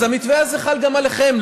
אז המתווה הזה חל גם עליכם.